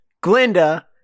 Glinda